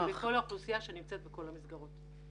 לכל האוכלוסייה שנמצאת בכל המסגרות.